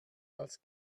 als